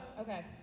okay